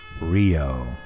Rio